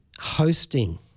hosting